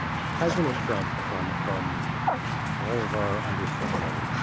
president trump. from from all of our understanding,